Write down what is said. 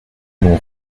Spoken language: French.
l’on